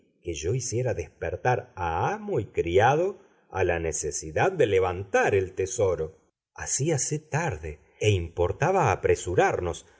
que yo hiciera despertar a amo y criado a la necesidad de levantar el tesoro hacíase tarde e importaba apresurarnos para